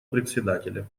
председателя